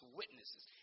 witnesses